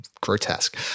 grotesque